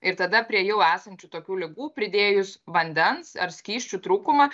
ir tada prie jau esančių tokių ligų pridėjus vandens ar skysčių trūkumą